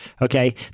Okay